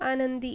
आनंदी